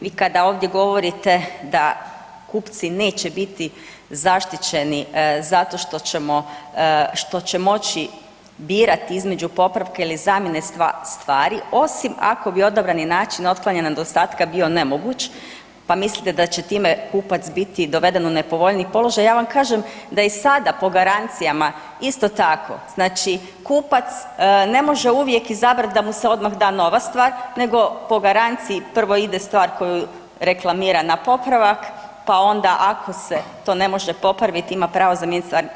Vi kada ovdje govorite da kupci neće biti zaštićeni zato što će moći birati između popravka ili zamijene stvari osim ako bi odabrani način otklanjanja nedostatka bio nemoguć, pa mislite da će time kupac biti doveden u nepovoljniji položaj, ja vam kažem da i sada po garancijama isto tako, znači kupac ne može uvijek izabrat da mu se odmah da nova stvar nego po garanciji, prvo ide stvar koju reklamira na popravak pa onda ako se to ne može popraviti, ima pravo zamijeniti stvar.